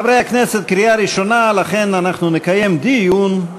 חברי הכנסת, קריאה ראשונה ולכן אנחנו נקיים דיון.